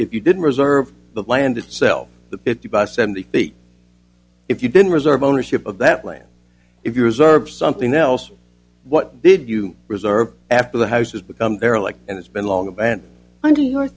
if you didn't reserve the land itself the fifty by seventy eight if you didn't reserve ownership of that land if you're a serb something else what did you reserve after the house has become derelict and it's been long event